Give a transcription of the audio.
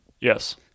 Yes